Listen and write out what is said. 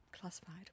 classified